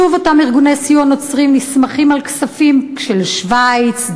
שוב אותם ארגוני סיוע נוצריים מסתמכים על כספים של שווייץ,